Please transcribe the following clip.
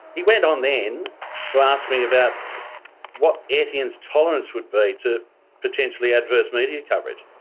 he went on then to ask me about what etienne's tolerance would be to potentially adverse media coverage.